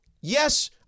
yes